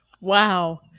Wow